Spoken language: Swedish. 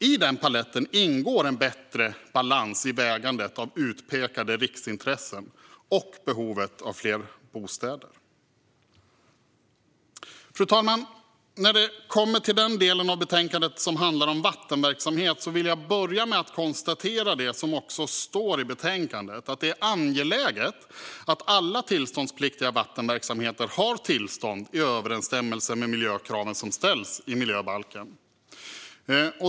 I den paletten ingår en bättre balans i vägandet av utpekade riksintressen och behovet av fler bostäder. Fru talman! När det kommer till den del av betänkandet som handlar om vattenverksamhet vill jag börja med att konstatera det som också står i betänkandet: att det är angeläget att alla tillståndspliktiga vattenverksamheter har tillstånd i överensstämmelse med de miljökrav som ställs i miljöbalken.